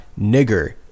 nigger